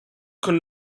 could